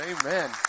Amen